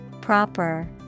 Proper